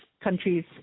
countries